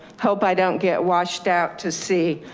hope i don't get washed out to sea.